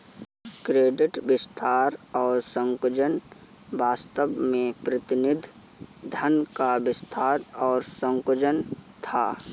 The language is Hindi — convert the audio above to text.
क्रेडिट विस्तार और संकुचन वास्तव में प्रतिनिधि धन का विस्तार और संकुचन था